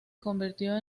convirtió